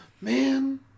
man